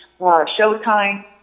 Showtime